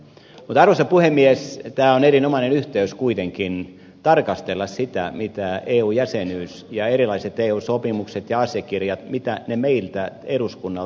mutta arvoisa puhemies tämä on erinomainen yhteys kuitenkin tarkastella sitä mitä eu jäsenyys ja erilaiset eu sopimukset ja asiakirjat meiltä eduskunnalta edellyttävät